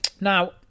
Now